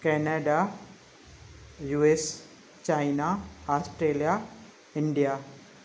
Canada US China Australia India